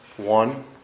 one